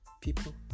people